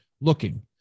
looking